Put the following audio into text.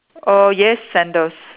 err yes sandals